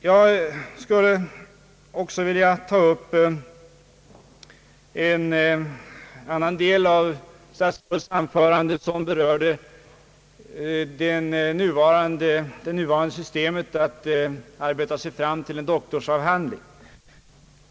Jag skulle också vilja ta upp en annan del av statsrådets anförande som berör det nuvarande systemets doktorsavhandlingar.